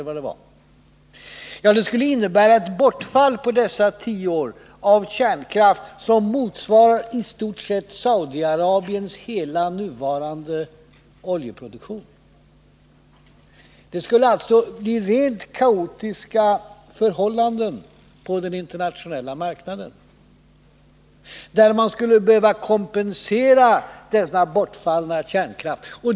Jo, det skulle på dessa 10 år innebära ett bortfall av kärnkraft som motsvarar i stort sett Saudiarabiens hela nuvarande oljeproduktion. Det skulle alltså bli rent kaotiska förhållanden på den internationella marknaden, där man skulle behöva kompensera detta bortfall av kärnkraft.